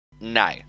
No